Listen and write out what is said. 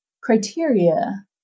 criteria